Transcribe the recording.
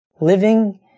living